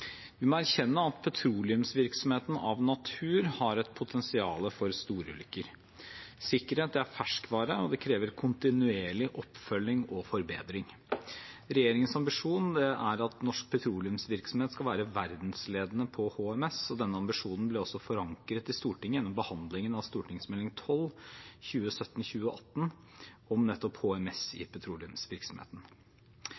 Vi må erkjenne at petroleumsvirksomheten av natur har et potensial for storulykker. Sikkerhet er ferskvare og krever kontinuerlig oppfølging og forbedring. Regjeringens ambisjon er at norsk petroleumsvirksomhet skal være verdensledende på HMS. Denne ambisjonen ble forankret i Stortinget gjennom behandlingen av Meld. St. 12 for 2017–2018 om HMS i